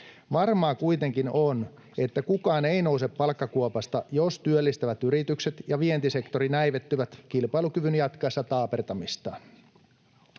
Varmaa kuitenkin on, että kukaan ei nouse palkkakuopasta, jos työllistävät yritykset ja vientisektori näivettyvät kilpailukyvyn jatkaessa taapertamistaan.